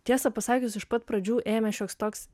tiesą pasakius iš pat pradžių ėmė šioks toks